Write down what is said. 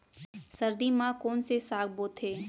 सर्दी मा कोन से साग बोथे?